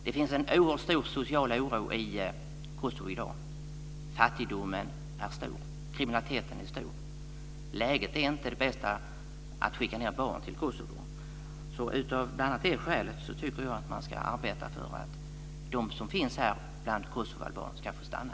Det finns en oerhört stor social oro i Kosovo i dag. Fattigdomen och kriminaliteten är stor. Läget är inte det bästa för att skicka ned barn till Kosovo. Av bl.a. det skälet tycker jag att man ska arbeta för att de kosovoalbaner som finns här ska få stanna.